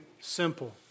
simple